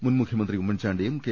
മുൻ മുഖ്യമന്ത്രി ഉമ്മൻചാണ്ടിയും കെ